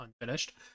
unfinished